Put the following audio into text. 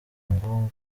ngo